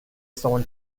someone